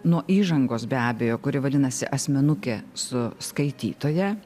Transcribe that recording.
nuo įžangos be abejo kuri vadinasi asmenukė su skaitytoja